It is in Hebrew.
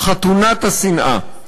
חתונת השנאה,